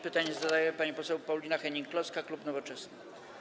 Pytanie zadaje pani poseł Paulina Hennig-Kloska, klub Nowoczesna.